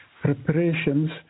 preparations